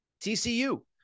TCU